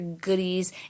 goodies